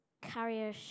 Carrier